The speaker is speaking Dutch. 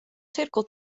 cirkel